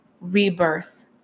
rebirth